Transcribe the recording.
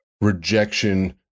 rejection